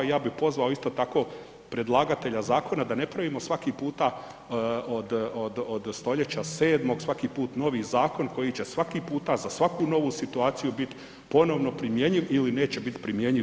Ja bih pozvao isto tako predlagatelja zakona da ne pravimo svaki puta od stoljeća 7-mog svaki put novi zakon koji će svaki puta za svaku novu situaciju biti ponovno primjenjiv ili neće biti primjenjiv.